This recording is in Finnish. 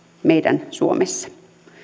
meidän suomessa